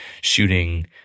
shooting